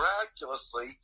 miraculously